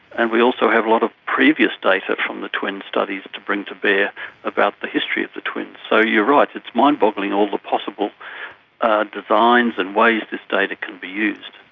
and we also have a lot of previous data from the twin studies to bring to bear about the history of the twins. so you're right, it's mind-boggling, all the possible ah designs and ways this data can be used.